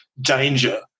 danger